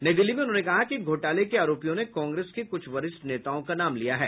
नई दिल्ली में उन्होंने कहा कि घोटाले के आरोपियों ने कांग्रेस के कुछ वरिष्ठ नेताओं का नाम लिया है